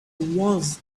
was